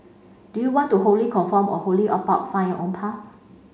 do you want to wholly conform or wholly opt out find your own path